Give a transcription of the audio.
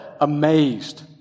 amazed